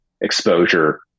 exposure